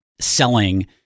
selling